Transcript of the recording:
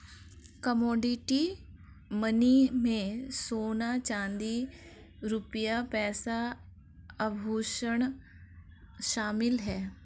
commodity money में सोना चांदी रुपया पैसा आभुषण शामिल है